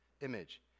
image